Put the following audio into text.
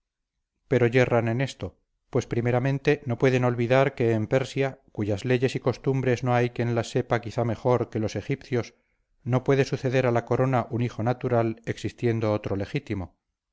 pero yerran en esto pues primeramente no pueden olvidar que en persia cuyas leyes y costumbres no hay quien las sepa quizá mejor que los egipcios no puede suceder a la corona un hijo natural existiendo otro legítimo